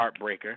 heartbreaker